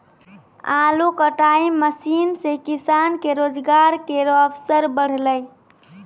आलू कटाई मसीन सें किसान के रोजगार केरो अवसर बढ़लै